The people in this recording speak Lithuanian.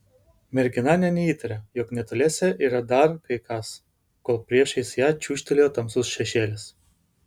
mergina nė neįtarė jog netoliese yra dar kai kas kol priešais ją čiūžtelėjo tamsus šešėlis